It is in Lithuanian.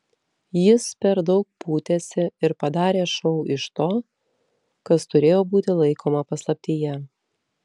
jis per daug pūtėsi ir padarė šou iš to kas turėjo būti laikoma paslaptyje